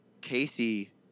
Casey